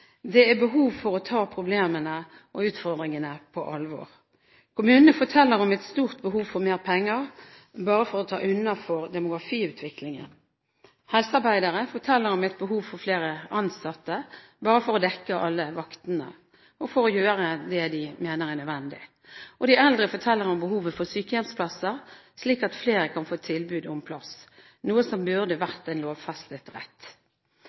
Det er behov for å ta problemene og utfordringene på alvor. Kommunene forteller om et stort behov for mer penger bare for å ta unna for demografiutgiftene. Helsearbeidere forteller om et behov for flere ansatte bare for å dekke alle vaktene, og for å gjøre det de mener er nødvendig. De eldre forteller om behovet for sykehjemsplasser, slik at flere kan få tilbud om plass, noe som burde